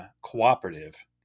cooperative